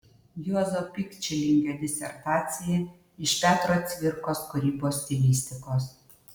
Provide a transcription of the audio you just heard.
juozo pikčilingio disertacija iš petro cvirkos kūrybos stilistikos